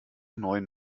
neuen